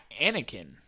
Anakin